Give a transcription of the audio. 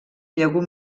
llegum